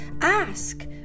Ask